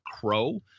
crow